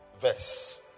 verse